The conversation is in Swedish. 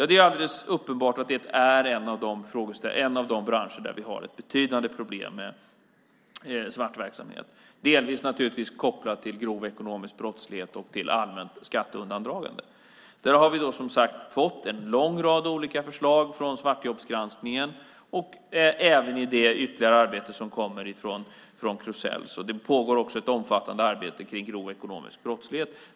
Det är alldeles uppenbart att det är en av de branscher där vi har betydande problem med svart verksamhet, delvis naturligtvis kopplat till grov ekonomisk brottslighet och till allmänt skatteundandragande. Där har vi som sagt fått en lång rad olika förslag från svartjobbsgranskningen och även i det ytterligare arbete som kommer från Krusell. Det pågår också ett omfattande arbete kring grov ekonomisk brottslighet.